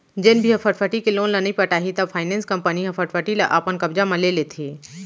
जेन भी ह फटफटी के लोन ल नइ पटाही त फायनेंस कंपनी ह फटफटी ल अपन कब्जा म ले लेथे